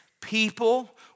people